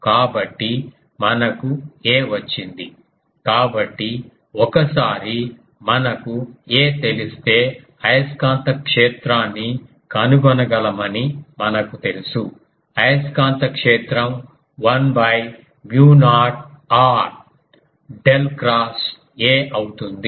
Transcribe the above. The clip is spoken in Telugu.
కాబట్టి మనకు a వచ్చింది కాబట్టి ఒకసారి మనకు a తెలిస్తే అయస్కాంత క్షేత్రాన్ని కనుగొనగలమని మనకు తెలుసు అయస్కాంత క్షేత్రం 1 mu naught r del cross A అవుతుంది